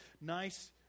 nice